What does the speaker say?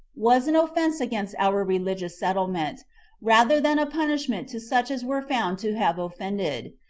was an offense against our religious settlement rather than a punishment to such as were found to have offended,